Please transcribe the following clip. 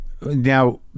Now